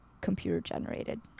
computer-generated